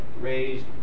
raised